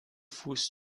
fuß